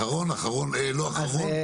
אחרון אחרון --- לא אחרון,